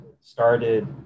started